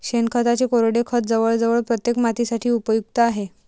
शेणखताचे कोरडे खत जवळजवळ प्रत्येक मातीसाठी उपयुक्त आहे